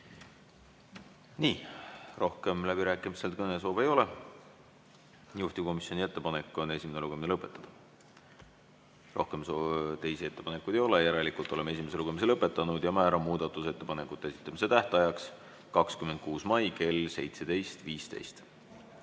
Aitäh! Rohkem läbirääkimistel kõnesoove ei ole. Juhtivkomisjoni ettepanek on esimene lugemine lõpetada. Rohkem teisi ettepanekuid ei ole, järelikult oleme esimese lugemise lõpetanud ja määran muudatusettepanekute esitamise tähtajaks 26. mai kell 17.15.